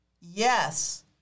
yes